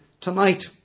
tonight